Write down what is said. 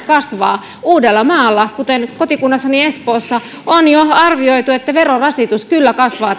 kasvaa uudellamaalla kuten kotikunnassani espoossa on jo arvioitu että verorasitus kyllä kasvaa